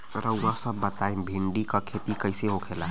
रउआ सभ बताई भिंडी क खेती कईसे होखेला?